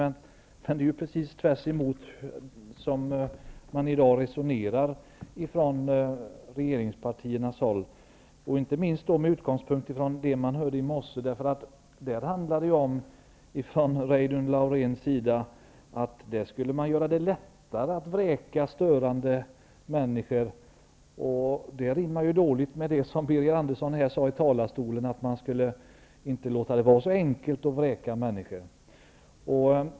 Men den går tvärtemot det resonemang som regeringspartierna nu för, inte minst med utgångspunkt i det vi hörde i morse. Där talades det från Reidunn Lauréns sida om att man skulle göra det lättare att vräka störande hyresgäster. Det rimmar illa med det Birger Andersson här sade, att det inte skulle vara så enkelt att vräka människor.